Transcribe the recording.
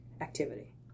activity